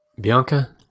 Bianca